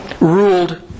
ruled